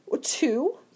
two